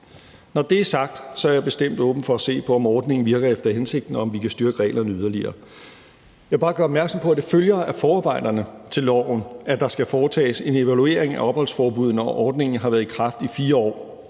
Når det er sagt, er jeg bestemt åben for at se på, om ordningen virker efter hensigten, og om vi kan styrke reglerne yderligere. Jeg vil bare gøre opmærksom på, at det følger af forarbejderne til loven, at der skal foretages en evaluering af opholdsforbuddet, når ordningen har været i kraft i 4 år,